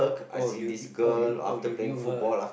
oh you knew knew oh you oh you you knew her